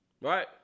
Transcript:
Right